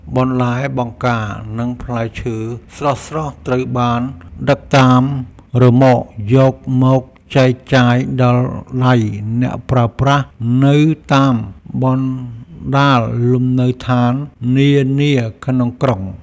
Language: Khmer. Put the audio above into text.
បន្លែបង្ការនិងផ្លែឈើស្រស់ៗត្រូវបានដឹកតាមរ៉ឺម៉កយកមកចែកចាយដល់ដៃអ្នកប្រើប្រាស់នៅតាមបណ្ដាលំនៅឋាននានាក្នុងក្រុង។